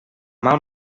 mal